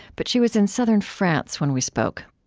but she was in southern france when we spoke